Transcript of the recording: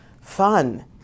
fun